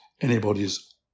anybody's